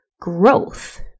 growth